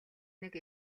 нэг